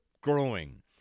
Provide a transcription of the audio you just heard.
growing